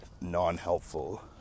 non-helpful